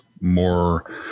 more